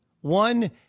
One